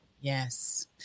Yes